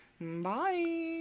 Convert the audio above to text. Bye